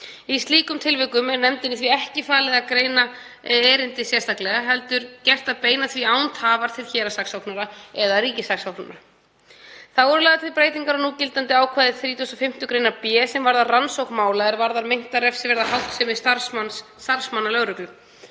Í slíkum tilvikum er nefndinni því ekki falið að greina erindi sérstaklega heldur gert að beina því án tafar til héraðssaksóknara eða ríkissaksóknara. Þá eru lagðar til breytingar á núgildandi ákvæði 35. gr. b, sem varðar rannsókn mála er varða meinta refsiverða háttsemi starfsmanna lögreglu.